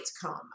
come